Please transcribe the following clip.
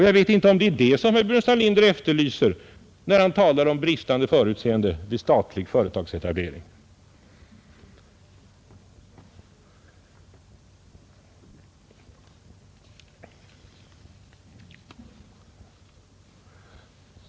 Jag vet inte om det är detta herr Burenstam Linder efterlyser, när han talar om bristande förutseende vid statlig företagsetablering.